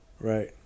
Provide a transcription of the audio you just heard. Right